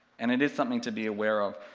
and it is something to be aware of.